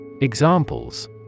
Examples